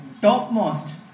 topmost